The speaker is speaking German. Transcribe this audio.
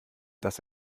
dass